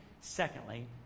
secondly